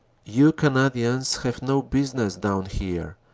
you canadians have no business down here,